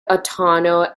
autumnal